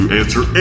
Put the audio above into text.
answer